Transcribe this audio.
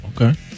Okay